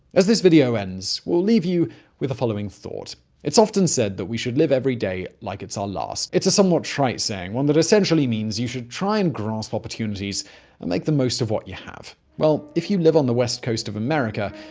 as this video ends, we'll leave you with the following thought it's often said we should live every day like it's our last. it's a somewhat trite saying, one that essentially means you should try and grasp opportunities and make like the most of what you have. well, if you live on the west coast of america,